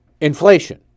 inflation